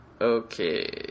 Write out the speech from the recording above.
Okay